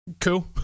cool